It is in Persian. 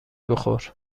بخور